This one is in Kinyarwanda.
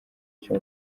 icyo